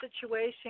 situation